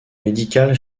médicale